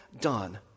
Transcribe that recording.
done